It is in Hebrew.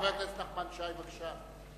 חבר הכנסת נחמן שי, בבקשה.